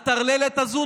הטרללת הזו,